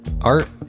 Art